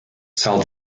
sell